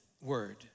word